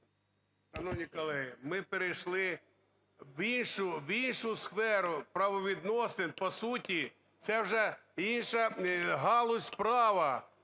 Шановні колеги, ми перейшли в іншу сферу правовідносин. По суті, це вже інша галузь права,